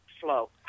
slow